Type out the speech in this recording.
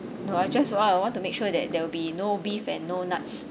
no I just want I want to make sure that there will be no beef and no nuts